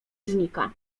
znika